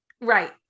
Right